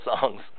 songs